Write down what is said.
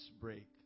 break